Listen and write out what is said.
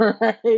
right